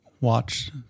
watch